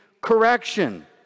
correction